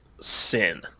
sin